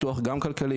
פילוח גם כלכלי,